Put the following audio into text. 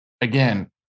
again